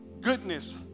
goodness